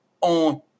on